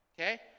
okay